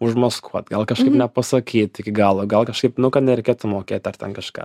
užmaskuot gal kažkaip nepasakyt iki galo gal kažkaip nu kad nereikėtų mokėt ar ten kažką